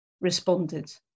responded